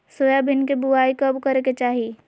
Soybean के बुआई कब करे के चाहि?